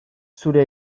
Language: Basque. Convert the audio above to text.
zure